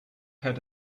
had